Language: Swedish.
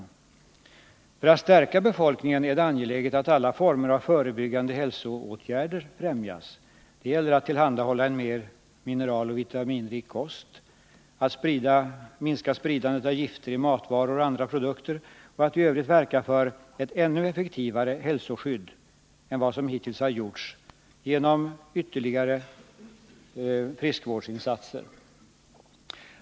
För att stärka befolkningen är det angeläget att alla former av förebyggande hälsoåtgärder främjas. Det gäller att tillhandahålla en mer mineraloch vitaminrik kost, att minska spridandet av gifter i matvaror och andra produkter och att i övrigt verka för ett ännu effektivare hälsoskydd än vad som hittills har skett genom ytterligare friskvårdsinsatser.